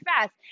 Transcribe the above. fast